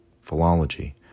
philology